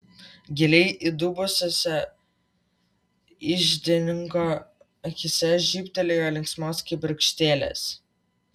giliai įdubusiose iždininko akyse žybtelėjo linksmos kibirkštėlės